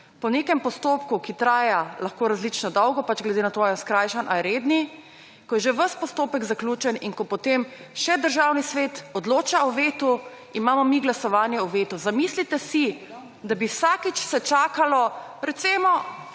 Po nekem postopku, ki traja lahko različno dolgo, pač glede na to, ali je skrajšan ali redni, ko je že ves postopek zaključen in ko potem še Državni svet odloča o vetu, imamo mi glasovanje o vetu. Zamislite si, da bi vsakič se čakalo, recimo